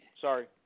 Sorry